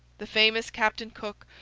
the famous captain cook,